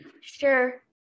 Sure